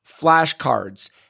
flashcards